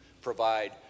provide